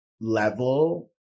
level